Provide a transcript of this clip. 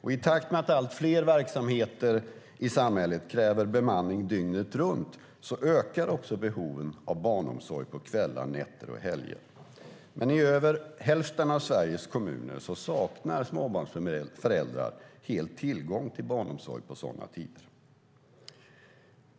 I takt med att allt fler verksamheter i samhället kräver bemanning dygnet runt ökar också behoven av barnomsorg på kvällar, nätter och helger. Men i över hälften av Sveriges kommuner saknar småbarnsföräldrar helt tillgång till barnomsorg på sådana tider.